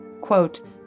quote